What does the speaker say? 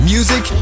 Music